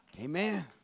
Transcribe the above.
Amen